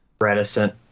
reticent